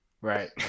right